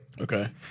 Okay